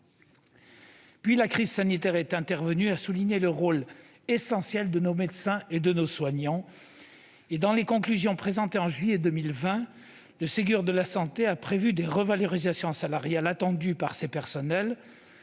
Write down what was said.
puis la crise sanitaire est intervenue. Elle a souligné le rôle essentiel de nos médecins et soignants. Dans ses conclusions présentées en juillet 2020, le Ségur de la santé a prévu les revalorisations salariales qu'attendaient ces personnels,